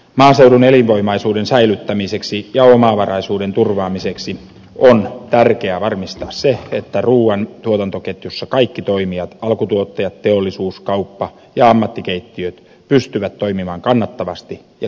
maaseudun elinvoimaisuuden säilyttämiseksi ja omavaraisuuden turvaamiseksi on tärkeää varmistaa se että ruuan tuotantoketjussa kaikki toimijat alkutuottajat teollisuus kauppa ja ammattikeittiöt pystyvät toimimaan kannattavasti ja kilpailukykyisesti